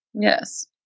Yes